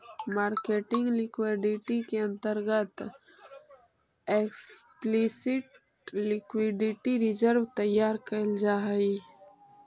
marketing liquidity के अंतर्गत explicit liquidity reserve तैयार कैल जा हई